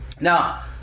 Now